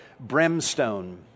brimstone